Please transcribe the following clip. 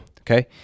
Okay